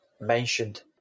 mentioned